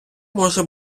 може